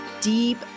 deep